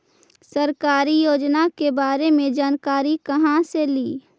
सरकारी योजना के बारे मे जानकारी कहा से ली?